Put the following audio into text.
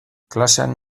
klasean